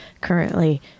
currently